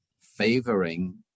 favoring